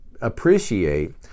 appreciate